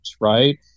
right